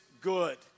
Good